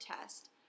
test